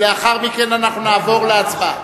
לאחר מכן אנחנו נעבור להצבעה.